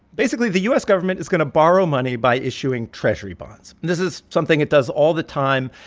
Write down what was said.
basically, the u s. government is going to borrow money by issuing treasury bonds. and this is something it does all the time.